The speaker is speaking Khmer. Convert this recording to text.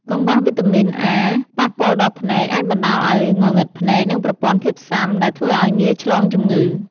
កង្វះវីតាមីនអា ប៉ះពាល់ដល់ភ្នែក អាចបណ្តាលឱ្យងងឹតភ្នែក និងប្រព័ន្ធភាពស៊ាំ ដែលធ្វើឱ្យងាយឆ្លងជំងឺ។